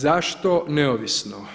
Zašto neovisno?